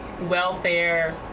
welfare